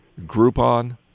Groupon